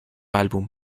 álbum